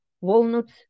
walnuts